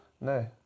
No